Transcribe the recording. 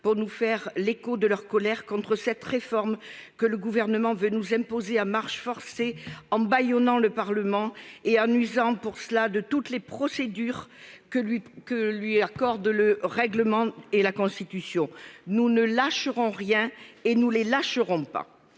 pour nous faire l'écho de leur colère contre cette réforme, que le Gouvernement veut nous imposer à marche forcée en bâillonnant le Parlement et en usant pour cela de toutes les procédures que lui accordent le règlement et la Constitution. Nous ne lâcherons rien et nous ne les lâcherons pas.